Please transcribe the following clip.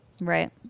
Right